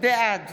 בעד